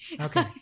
Okay